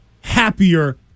happier